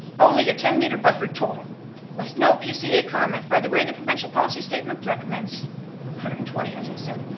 only a ten meter buffer total with no pca comment. by the way, the provincial policy statement recommends one hundred and twenty as i said.